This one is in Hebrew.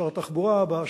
שר התחבורה הבא,